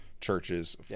churches